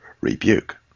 rebuke